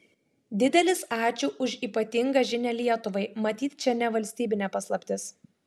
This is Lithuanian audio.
didelis ačiū už ypatingą žinią lietuvai matyt čia ne valstybinė paslaptis